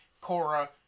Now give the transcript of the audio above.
Cora